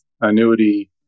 annuity